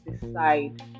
decide